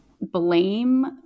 blame